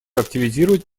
активизировать